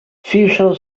fiŝo